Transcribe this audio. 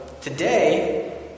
today